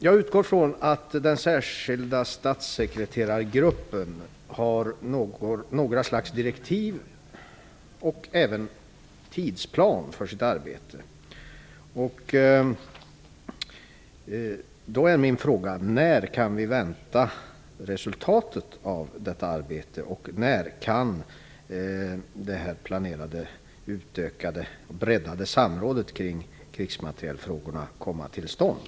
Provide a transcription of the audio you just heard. Jag utgår ifrån att den särskilda statssekreterargruppen har fått något slags direktiv och även en tidsplan för sitt arbete. Då är mina frågor: När kan vi vänta resultatet av detta arbete? När kan det planerade utökade och breddade samrådet kring krigsmaterielfrågorna komma till stånd?